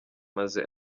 maze